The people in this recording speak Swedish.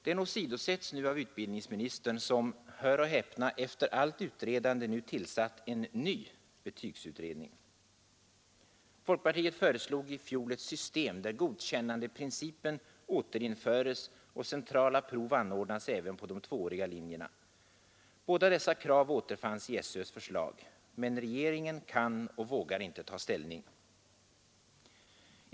Den åsidosätts av utbildningsministern som — hör och häpna — efter allt utredande nu tillsatt en ny betygsutredning. Folkpartiet föreslog i fjol ett system där godkännandeprincipen återinföres och centrala prov anordnas även på de tvååriga linjerna. Båda dessa krav återfanns i SÖs förslag. Men regeringen kan och vågar inte ta ställning.